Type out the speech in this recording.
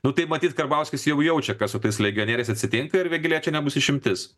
nu tai matyt karbauskis jau jaučia kas su tais legionieriais atsitinka ir vėgėlė čia nebus išimtis